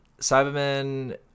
Cyberman